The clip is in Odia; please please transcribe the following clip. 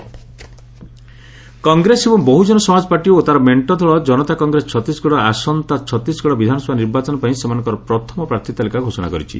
ଛତିଶଗଡ଼ ଲିଷ୍ଟ କଂଗ୍ରେସ ଏବଂ ବହୁଜନ ସମାଜ ପାର୍ଟି ଓ ତା'ର ମେଣ୍ଟ ଦଳ ଜନତା କଂଗ୍ରେସ ଛତିଶଗଡ଼ ଆସନ୍ତା ଛତିଶଗଡ଼ ବିଧାନସଭା ନିର୍ବାଚନ ପାଇଁ ସେମାନଙ୍କର ପ୍ରଥମ ପ୍ରାର୍ଥୀ ତାଲିକା ଘୋଷଣା କରିଛନ୍ତି